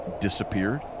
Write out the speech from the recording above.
disappeared